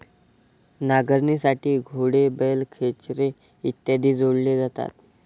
नांगरणीसाठी घोडे, बैल, खेचरे इत्यादी जोडले जातात